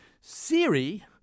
Siri